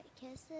kisses